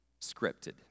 scripted